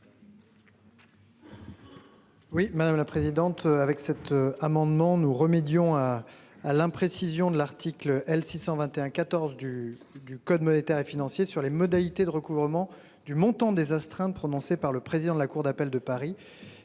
Oui madame la présidente. Avec cet amendement, nous remet Dion à à l'imprécision de l'article L 621 14 du du Code monétaire et financier sur les modalités de recouvrement du montant des astreintes prononcées par le président de la cour d'appel de Paris